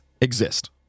exist